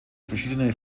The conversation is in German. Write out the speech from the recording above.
verschiedene